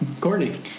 Gordy